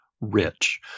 rich